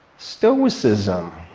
stoicism.